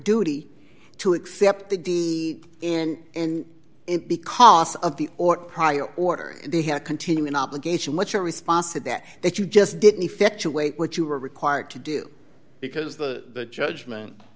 duty to accept the d n n and because of the or prior order they had continuing obligation what's your response to that that you just didn't effect to wait what you were required to do because the judgment